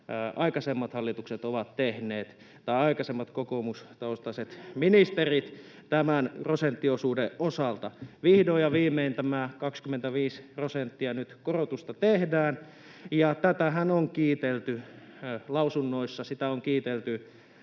Sipilän hallitus!] tai aikaisemmat kokoomustaustaiset ministerit tämän prosenttiosuuden osalta. Vihdoin ja viimein tämä 25 prosentin korotus nyt tehdään, ja tätähän on kiitelty lausunnoissa. Sitä on kiitelty